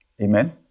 Amen